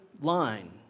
line